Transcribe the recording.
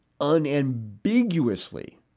unambiguously